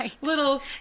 little